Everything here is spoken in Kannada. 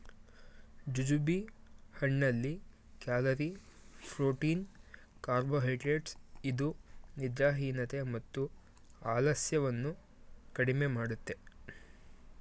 ಜುಜುಬಿ ಹಣ್ಣಿನಲ್ಲಿ ಕ್ಯಾಲೋರಿ, ಫ್ರೂಟೀನ್ ಕಾರ್ಬೋಹೈಡ್ರೇಟ್ಸ್ ಇದ್ದು ನಿದ್ರಾಹೀನತೆ ಮತ್ತು ಆಲಸ್ಯವನ್ನು ಕಡಿಮೆ ಮಾಡುತ್ತೆ